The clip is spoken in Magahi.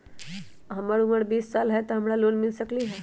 हमर उमर बीस साल हाय का हमरा लोन मिल सकली ह?